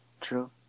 True